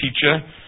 teacher